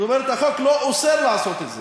זאת אומרת, החוק לא אוסר לעשות את זה.